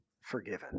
forgiven